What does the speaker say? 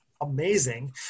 amazing